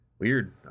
weird